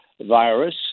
virus